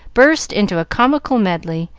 burst into a comical medley,